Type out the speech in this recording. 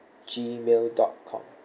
Gmail dot com